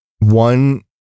one